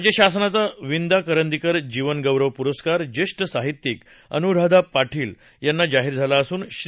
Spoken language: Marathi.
राज्य शासनाचा विंदा करंदीकर जीवन गौरव पुरस्कार ज्येष्ठ साहित्यिक अनुराधा पाटील यांना जाहीर झाला असून श्री